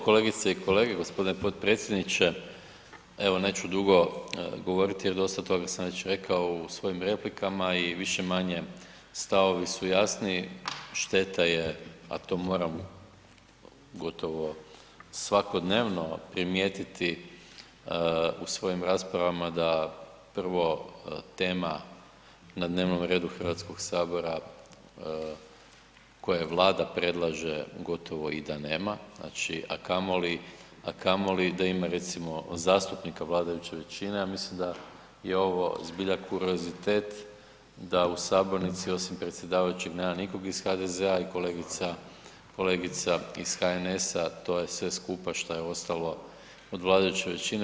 Kolegice i kolege, gospodine potpredsjedniče evo neću dugo govoriti jer dosta toga sam već rekao u svojim replikama i više-manje stavovi su jasni, šteta je, a to moram gotovo svakodnevno primijetiti u svojim raspravama da prvo tema na dnevnom redu HS koje Vlada predlaže gotovo i da nema, znači, a kamoli, a kamoli da ima recimo zastupnika vladajuće većine, ja mislim da je ovo zbilja kuriozitet da u sabornici osim predsjedavajućeg nema nikog iz HDZ-a i kolegica, kolegica iz HNS-a, to je sve skupa šta je ostalo od vladajuće većine.